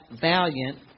valiant